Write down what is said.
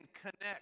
connect